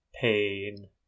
pain